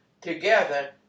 together